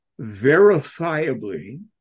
verifiably